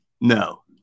No